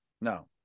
no